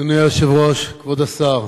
אדוני היושב-ראש, כבוד השר,